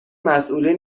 مسئولین